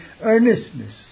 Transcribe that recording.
earnestness